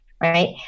Right